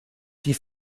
die